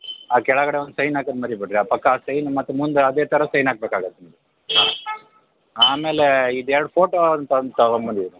ಹಾಂ ಕೆಳಗಡೆ ಒಂದು ಸೈನ್ ಹಾಕೋದು ಮರೀಬೇಡ್ರಿ ಆ ಪಕ್ಕ ಸೈನ್ ಮತ್ತೆ ಮುಂದೆ ಅದೇ ಥರ ಸೈನ್ ಹಾಕ್ಬೇಕಾಗುತ್ತೆ ನೀವು ಹಾಂ ಆಮೇಲೆ ಇದು ಎರಡು ಫೋಟೋ ಒಂದು ತಂದು ತಗೋಬಂದಿರಿ